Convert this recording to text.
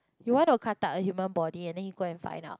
you want to cut out a human body and then you go and find out